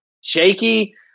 shaky